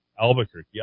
Albuquerque